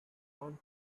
clone